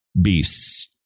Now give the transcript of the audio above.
beasts